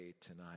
tonight